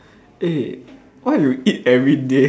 eh what you eat everyday